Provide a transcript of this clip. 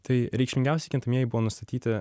tai reikšmingiausi kintamieji buvo nustatyti